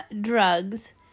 drugs